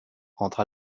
entre